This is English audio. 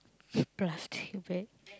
plastic bag